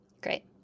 Great